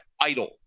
idle